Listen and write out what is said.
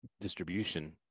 distribution